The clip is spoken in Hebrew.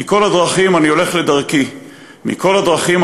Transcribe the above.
"מכל הדרכים אני הולך לדרכי / מכל הדרכים